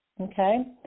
okay